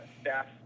Staff